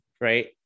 right